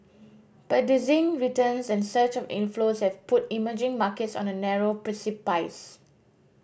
but dizzying returns and a surge of inflows have put emerging markets on a narrow precipice